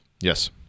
Yes